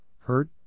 hurt